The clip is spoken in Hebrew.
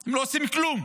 הם לא עושים כלום.